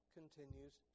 continues